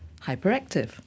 hyperactive